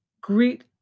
greet